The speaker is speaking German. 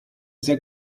sehr